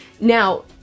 Now